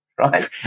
right